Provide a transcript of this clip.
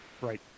Right